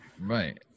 Right